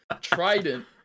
Trident